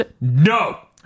No